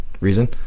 reason